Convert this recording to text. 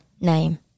name